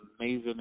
amazing